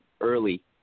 early